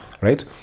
right